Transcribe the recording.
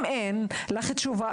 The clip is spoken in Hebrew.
אם אין לך עכשיו תשובה,